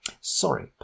Sorry